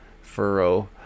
furrow